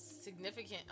significant